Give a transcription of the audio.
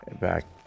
back